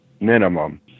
minimum